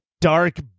dark